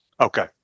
Okay